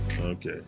okay